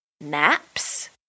naps